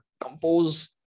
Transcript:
compose